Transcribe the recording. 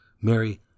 Mary